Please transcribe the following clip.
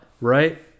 right